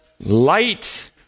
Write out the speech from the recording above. Light